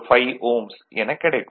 05 Ω எனக் கிடைக்கும்